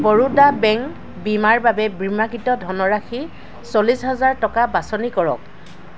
Baroda bank বীমাৰ বাবে বীমাকৃত ধনৰাশি চল্লিছ হাজাৰ টকা বাছনি কৰক